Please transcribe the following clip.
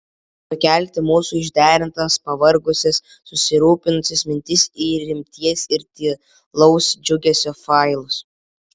nukelti mūsų išderintas pavargusias susirūpinusias mintis į rimties ir tylaus džiugesio failus